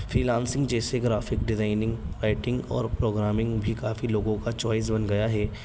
freelancing جیسے graphic designing writing اور programming بھی کافی لوگوں کا چوائس بن گیا ہے